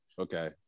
Okay